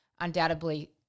undoubtedly